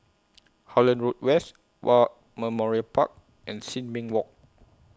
Holland Road West War Memorial Park and Sin Ming Walk